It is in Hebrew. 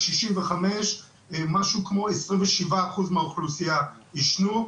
משהו כמו 27 אחוז מהאוכלוסייה עישנו,